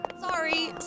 Sorry